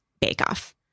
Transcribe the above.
bake-off